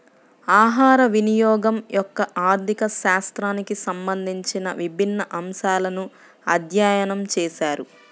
ఆహారవినియోగం యొక్క ఆర్థిక శాస్త్రానికి సంబంధించిన విభిన్న అంశాలను అధ్యయనం చేశారు